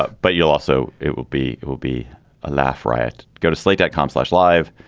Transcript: ah but you'll also. it will be it will be a laugh riot. go to sleep dot com slash live.